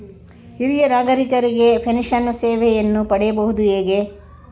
ಹಿರಿಯ ನಾಗರಿಕರಿಗೆ ಪೆನ್ಷನ್ ಸೇವೆಯನ್ನು ಪಡೆಯುವುದು ಹೇಗೆ?